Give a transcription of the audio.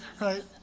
right